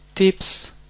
tips